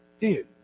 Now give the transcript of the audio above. dude